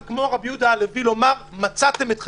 וכמו רבי יהודה הלוי לומר: מצאתם את חרפתי.